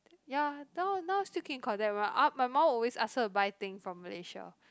ya now now still keep in contact my a~ my mum will always ask her to buy thing from Malaysia